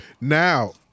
Now